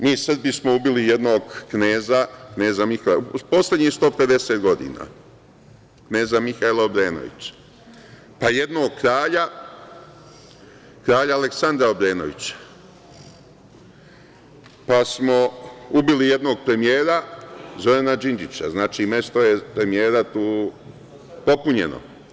Mi Srbi smo ubili jednog kneza, kneza Mihajla Obrenovića, u poslednjih 150 godina, pa jednog kralja, kralja Aleksandra Obrenovića, pa smo ubili jednog premijera, Zorana Đinđića, znači da je mesto premijera popunjeno.